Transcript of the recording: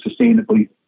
sustainably